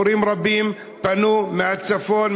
הורים רבים פנו מהצפון,